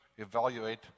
Evaluate